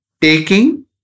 taking